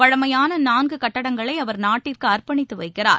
பழமையான நான்கு கட்டடங்களை அவர் நாட்டிற்கு அர்ப்பணித்து வைக்கிறார்